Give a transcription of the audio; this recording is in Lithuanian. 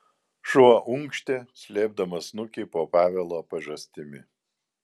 šuo unkštė slėpdamas snukį po pavelo pažastimi